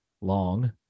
long